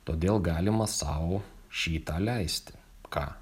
todėl galima sau šį tą leisti ką